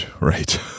Right